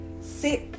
sit